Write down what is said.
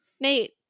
Nate